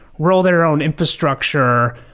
roll their own infrastructure,